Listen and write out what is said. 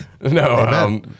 no